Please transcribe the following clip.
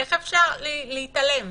איך אפשר להתעלם?